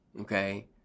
okay